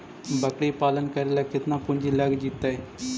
बकरी पालन करे ल केतना पुंजी लग जितै?